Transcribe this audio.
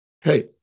Hey